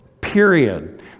Period